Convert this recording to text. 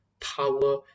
power